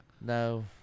No